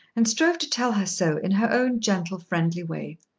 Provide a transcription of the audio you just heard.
and strove to tell her so in her own gentle, friendly way.